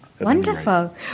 Wonderful